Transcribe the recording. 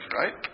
right